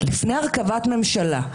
לפני הרכבת ממשלה,